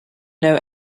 know